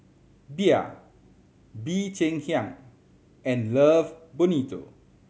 Bia Bee Cheng Hiang and Love Bonito